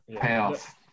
payoff